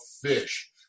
fish